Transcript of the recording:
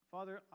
Father